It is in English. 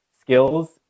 skills